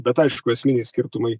bet aišku esminiai skirtumai